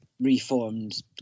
reformed